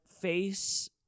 face